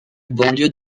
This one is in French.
banlieue